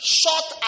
short